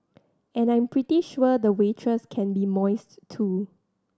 and I'm pretty sure the waitress can be moist too